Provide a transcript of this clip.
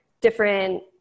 different